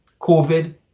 COVID